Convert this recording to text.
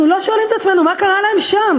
אנחנו לא שואלים את עצמנו מה קרה להם שם